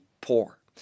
poor